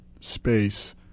space